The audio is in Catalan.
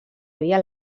havia